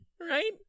Right